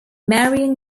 marion